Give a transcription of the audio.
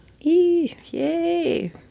Yay